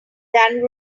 than